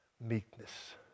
meekness